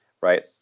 right